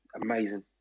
amazing